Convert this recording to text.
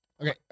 okay